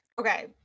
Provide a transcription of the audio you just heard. Okay